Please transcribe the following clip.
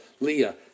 Leah